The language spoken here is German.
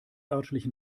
örtlichen